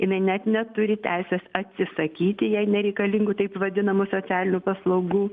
jinai net neturi teisės atsisakyti jai nereikalingų taip vadinamų socialinių paslaugų